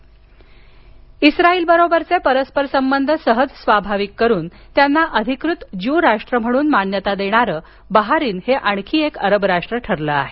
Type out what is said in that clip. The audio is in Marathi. बाहरेन इस्राईल बरोबरचे परस्पर संबंध सहज स्वाभाविक करून त्यांना अधिकृत ज्यूराष्ट्र म्हणून मान्यता देणारे बाहरेन हे आणखी एक अरब राष्ट्र ठरलं आहे